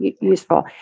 useful